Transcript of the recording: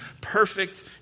perfect